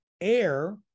air